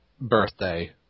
Birthday